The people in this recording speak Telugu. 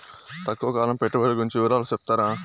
తక్కువ కాలం పెట్టుబడులు గురించి వివరాలు సెప్తారా?